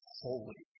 holy